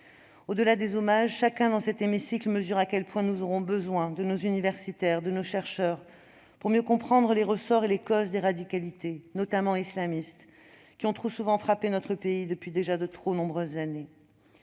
Au-delà des hommages, chacun dans cet hémicycle mesure à quel point nous aurons besoin de nos universitaires et de nos chercheurs pour mieux comprendre les ressorts et les causes des radicalités, notamment islamistes, qui ont trop souvent frappé notre pays depuis déjà de trop nombreuses années.